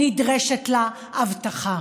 נדרשת לה אבטחה.